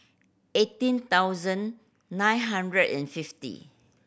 eighteen thousand nine hundred and fifty